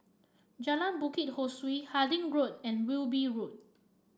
Jalan Bukit Ho Swee Harding Road and Wilby Road